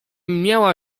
miała